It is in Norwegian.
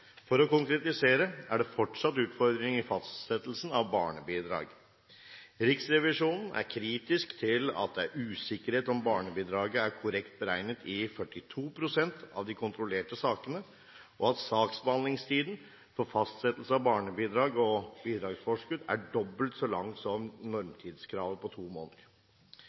For å konkretisere er det fortsatt utfordringer i fastsettelsen av barnebidrag. Riksrevisjonen er kritisk til at det er usikkerhet om barnebidraget er korrekt beregnet i 42 pst. av de kontrollerte sakene, og at saksbehandlingstiden for fastsettelse av barnebidrag og bidragsforskudd er dobbelt så lang som normtidskravet på to måneder.